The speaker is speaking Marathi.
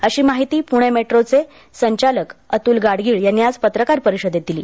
अशी माहीती पुणे मेट्रो चे संचालक अतुल गाडगीळ यांनी आज पत्रकार परिषदेत दिली